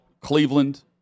Cleveland